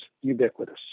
ubiquitous